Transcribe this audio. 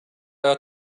ought